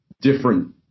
different